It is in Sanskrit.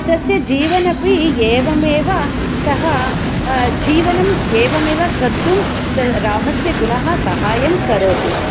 तस्य जीवनमपि एवमेव सह जीवनं एवमेव कर्तुं रामस्य गुणः सहायं करोति